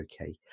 Okay